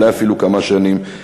אולי אפילו כמה שנים,